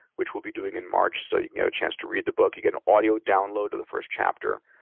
which we'll be doing in march, so you can get a chance to read the book. you get an audio download of the first chapter.